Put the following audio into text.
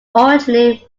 originally